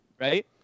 Right